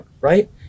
right